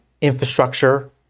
infrastructure